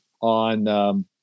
on –